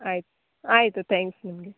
ಆಯ್ತು ಆಯಿತು ತ್ಯಾಂಕ್ಸ್ ನಿಮಗೆ